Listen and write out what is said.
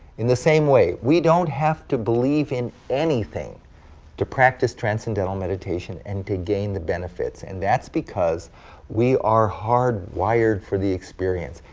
in the same way, we don't have to believe in anything to practice transcendental meditation and to gain the benefits, and because we are hardwired for the experience.